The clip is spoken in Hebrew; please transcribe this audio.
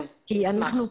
כן, נשמח.